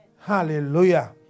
Hallelujah